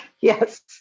Yes